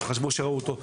שחשבו שראו אותו.